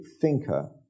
thinker